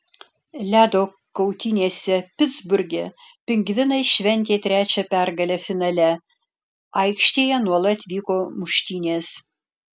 ledo kautynėse pitsburge pingvinai šventė trečią pergalę finale aikštėje nuolat vyko muštynės